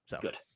Good